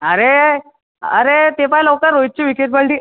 अरे अरे ते पहा लवकर रोहितची विकेट पडली